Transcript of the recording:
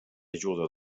jugador